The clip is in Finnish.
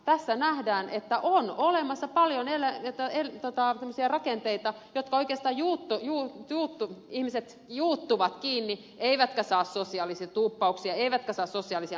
tässä nähdään että on olemassa paljon tämmöisiä rakenteita joihin oikeastaan ihmiset juuttuvat kiinni eivätkä saa sosiaalisia tuuppauksia eivätkä saa sosiaalisia mahdollisuuksia